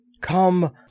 Come